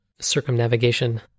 circumnavigation